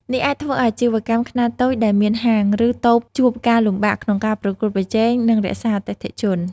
នេះអាចធ្វើឲ្យអាជីវកម្មខ្នាតតូចដែលមានហាង ឬតូបជួបការលំបាកក្នុងការប្រកួតប្រជែង និងរក្សាអតិថិជន។